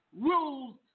rules